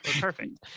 Perfect